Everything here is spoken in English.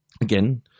again